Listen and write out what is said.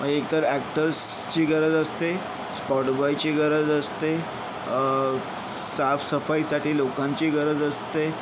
एक तर ॲक्टर्सची गरज असते स्पॉट बॉयची गरज असते साफसफाईसाठी लोकांची गरज असते